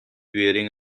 wearing